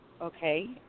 Okay